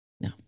No